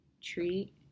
treat